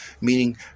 meaning